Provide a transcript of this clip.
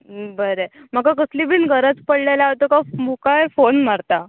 बरें म्हाका कसली बीन गरज पडले जाल्यार हांव तुका मुखार फोन मारतां